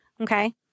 Okay